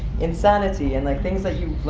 insanity, and, like, things that you,